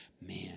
man